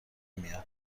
میاد